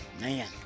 Man